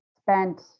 spent